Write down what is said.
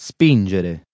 Spingere